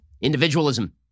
Individualism